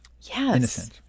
Yes